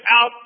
out